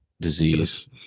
disease